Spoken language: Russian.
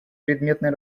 предметной